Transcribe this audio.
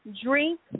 drink